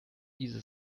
diese